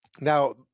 Now